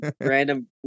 random